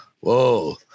Whoa